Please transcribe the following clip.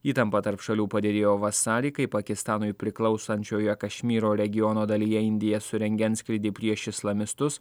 įtampa tarp šalių pagerėjo vasarį kai pakistanui priklausančioje kašmyro regiono dalyje indija surengė antskrydį prieš islamistus